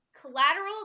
collateral